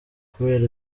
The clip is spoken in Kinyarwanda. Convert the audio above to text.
kubera